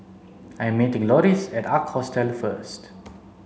I'm meeting Loris at Ark Hostel first